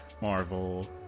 Marvel